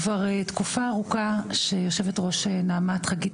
כבר תקופה ארוכה שיושבת ראש נעמ"ת חגית